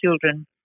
children